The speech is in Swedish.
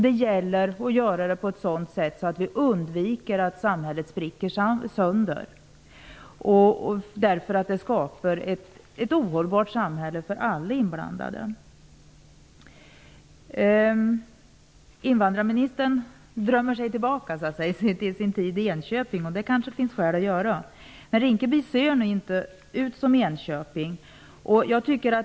Det gäller att göra det på ett sådant sätt att vi undviker att samhället spricker sönder. Det skapar ett ohållbart samhälle för alla inblandade. Invandrarministern drömmer sig tillbaka till sin tid i Enköping. Det kanske det finns skäl att göra. Men Rinkeby ser nu inte ut som Enköping.